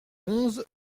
onze